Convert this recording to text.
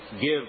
give